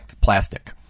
plastic